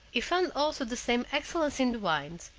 he found also the same excellence in the wines,